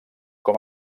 com